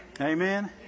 Amen